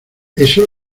eso